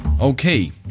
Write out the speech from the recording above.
okay